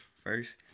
first